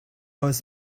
oes